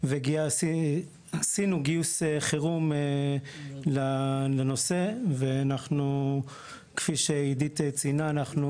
ועשינו גיוס חירום לנושא ואנחנו כפי שעידית ציינה אנחנו